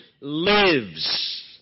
lives